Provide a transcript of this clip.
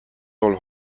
soll